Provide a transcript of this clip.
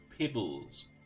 pebbles